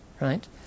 right